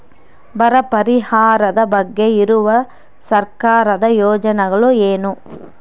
ಬರ ಪರಿಹಾರದ ಬಗ್ಗೆ ಇರುವ ಸರ್ಕಾರದ ಯೋಜನೆಗಳು ಏನು?